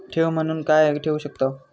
ठेव म्हणून काय ठेवू शकताव?